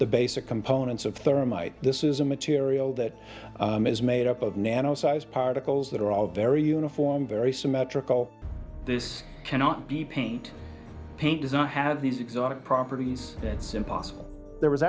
the basic components of thermite this is a material that is made up of nano sized particles that are all very uniform very symmetrical this cannot be paint does not have these exotic properties it's impossible there was